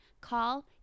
call